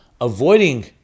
avoiding